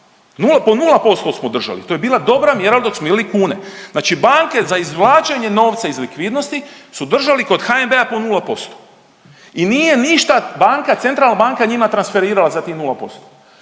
banke, po 0% smo držali to je bila dobra mjera dok smo imali kune. Znači banke za izvlačenje novca iz likvidnosti su držali kod HNB-a po 0% i nije ništa, banka, centralna banka njima transferirala sa tih 0%.